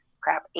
crap